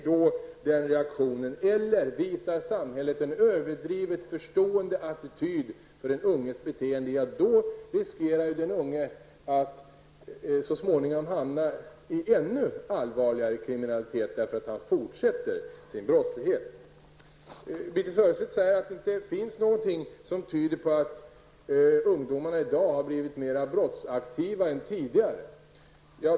Om den reaktionen uteblir eller om samhället visar en överdrivet förstående attityd för den unges beteende, riskerar den unge så småningom att hamna i ännu allvarligare kriminalitet eftersom han eller hon fortsätter sin brottslighet. Birthe Sörestedt säger att det inte finns någonting som tyder på att ungdomarna i dag har blivit mera brottsaktiva än de var tidigare.